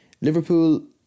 Liverpool